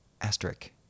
Asterisk